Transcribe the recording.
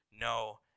no